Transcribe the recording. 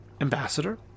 Ambassador